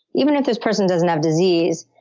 even if this person doesn't have disease,